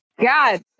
god